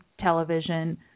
television